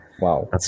Wow